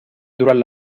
durant